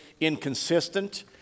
inconsistent